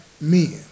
men